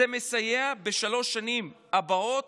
זה מסייע בשלוש השנים הבאות